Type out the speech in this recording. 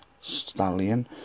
stallion